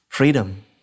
Freedom